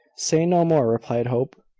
say no more, replied hope.